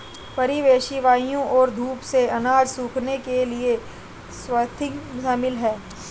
परिवेशी वायु और धूप से अनाज सुखाने के लिए स्वाथिंग शामिल है